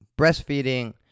breastfeeding